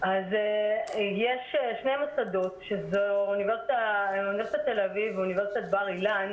יש שני מוסדות שאלו אוניברסיטת תל אביב ואוניברסיטת בר-אילן,